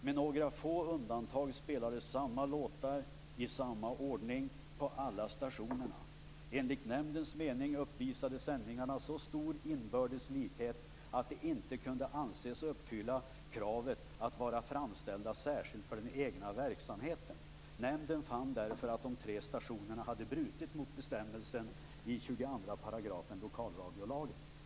Med några få undantag spelades samma låtar i samma ordning på alla stationerna. Enligt nämndens mening uppvisade sändningarna så stor inbördes likhet att de inte kunde anses uppfylla kravet att vara framställda särskilt för den egna verksamheten. Nämnden fann därför att de tre stationerna hade brutit mot bestämmelsen i 22 § lokalradiolagen."